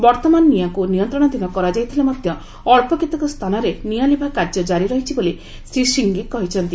ବର୍ତ୍ତମାନ ନିଆଁକୁ ନିୟନ୍ତ୍ରଣାଧୀନ କରାଯାଇଥିଲେ ମଧ୍ୟ ଅଳ୍ପ କେତେକ ସ୍ଥାନରେ ନିଆଁଲିଭା କାର୍ଯ୍ୟ ଜାରି ରହିଛି ବୋଲି ବୋଲି ଶ୍ରୀ ସିଂହେ କହିଛନ୍ତି